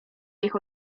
nich